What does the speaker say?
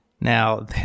Now